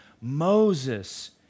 Moses